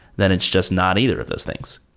then it's just not either of those things.